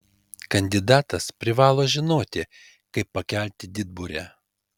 kandidatas privalo žinoti kaip pakelti didburę